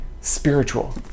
spiritual